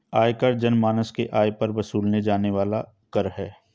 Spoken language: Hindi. आयकर जनमानस के आय पर वसूले जाने वाला कर है